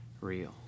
real